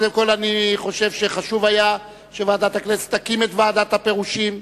אני חושב שחשוב היה שוועדת הכנסת תקים את ועדת הפירושים,